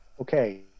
Okay